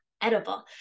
edible